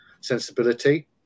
sensibility